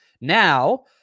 Now